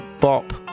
bop